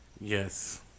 Yes